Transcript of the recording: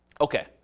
okay